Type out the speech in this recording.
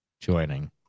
joining